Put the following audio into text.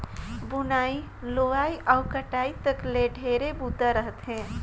बुनई, लुवई अउ कटई तक ले ढेरे बूता रहथे